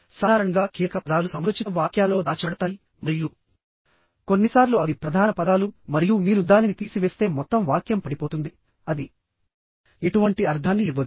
సాధారణంగా కీలక పదాలు సమయోచిత వాక్యాలలో దాచబడతాయి మరియు కొన్నిసార్లు అవి ప్రధాన పదాలు మరియు మీరు దానిని తీసివేస్తే మొత్తం వాక్యం పడిపోతుంది అది ఎటువంటి అర్ధాన్ని ఇవ్వదు